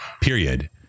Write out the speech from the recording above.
period